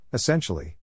Essentially